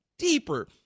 deeper